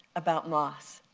about moss,